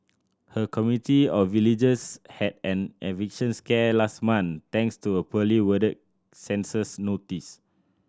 her community of villagers had an eviction scare last month thanks to a poorly worded census notice